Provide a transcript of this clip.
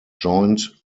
joined